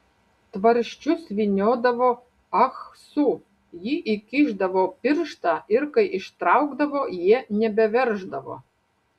tvarsčius vyniodavo ahsu ji įkišdavo pirštą ir kai ištraukdavo jie nebeverždavo